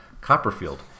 Copperfield